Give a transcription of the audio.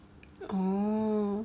orh